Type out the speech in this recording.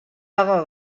haga